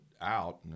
out